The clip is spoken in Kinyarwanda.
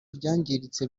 byangiritse